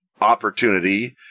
Opportunity